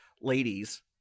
ladies